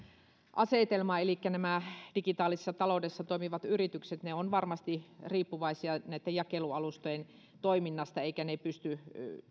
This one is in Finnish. asetelma elikkä nämä digitaalisessa taloudessa toimivat yritykset ovat varmasti riippuvaisia näitten jakelualustojen toiminnasta eivätkä ne pysty